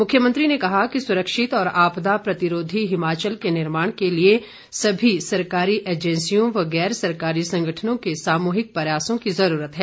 मुख्यमंत्री ने कहा कि सुरक्षित और आपदा प्रतिरोधी हिमाचल के निर्माण के लिए सभी सरकारी एजेंसियों व गैर सरकारी संगठनों के सामूहिक प्रयासों की जरूरत है